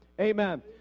Amen